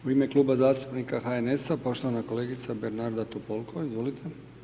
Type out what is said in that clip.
U ime Kluba zastupnika HNS-a, poštovana kolegica Bernarda Topolko, izvolite.